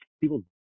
people